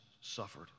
suffered